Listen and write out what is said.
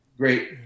Great